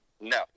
No